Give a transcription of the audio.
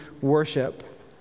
worship